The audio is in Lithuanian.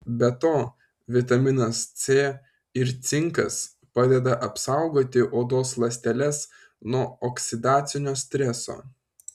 be to vitaminas c ir cinkas padeda apsaugoti odos ląsteles nuo oksidacinio streso